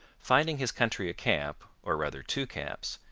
finding his country a camp, or rather two camps,